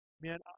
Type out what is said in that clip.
Man